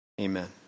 Amen